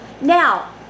Now